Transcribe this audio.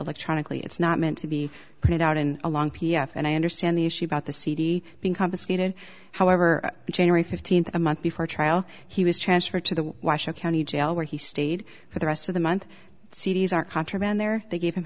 electronically it's not meant to be printed out in a long p f and i understand the issue about the cd being confiscated however generally fifteenth a month before trial he was transferred to the washoe county jail where he stayed for the rest of the month c d s are contraband there they gave him